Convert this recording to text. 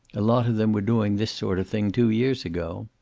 a lot of them were doing this sort of thing two years ago.